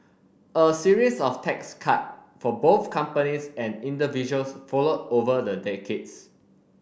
a series of tax cut for both companies and individuals followed over the decades